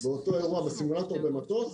באותו אירוע, בסימולטור במטוס